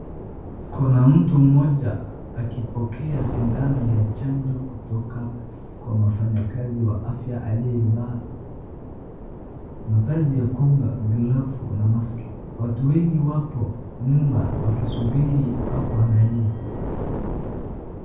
Kuna mtu mmoja akipokea sindano ya chanjo kutoka kwa mfanyikazi wa afya aliyevaa mavazi ya kunga, glovu na maski. Watu wengi wapo nyuma wakisubili au kuangalia.